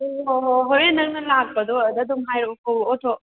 ꯍꯣ ꯍꯣ ꯍꯣ ꯍꯣꯔꯦꯟ ꯅꯪꯅ ꯂꯥꯛꯄꯗꯣ ꯑꯗꯗꯨꯝ ꯍꯥꯏꯔꯛꯎꯀꯣ ꯑꯣꯊꯣ